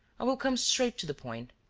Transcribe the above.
i will come straight to the point.